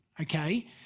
okay